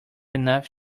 enough